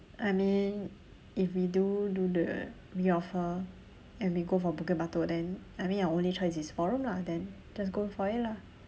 I mean if we do do the re-offer and we go for bukit-batok then I mean our only choice is four room lah then just go for it lah